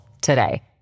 today